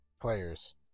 players